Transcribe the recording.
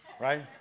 Right